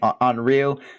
unreal